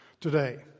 today